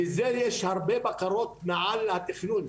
לזה יש הרבה בקרות מעל התכנון.